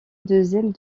deuxième